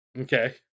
Okay